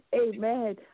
Amen